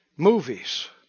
Movies